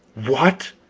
what!